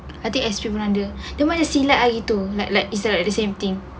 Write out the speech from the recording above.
ada extreme runner dia main silat air tu like like is like right the same thing